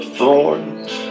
thorns